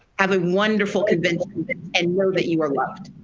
have a wonderful convention and know that you are loved.